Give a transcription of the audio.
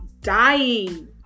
dying